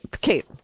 Kate